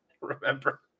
remember